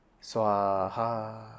Swaha